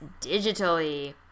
digitally